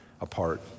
apart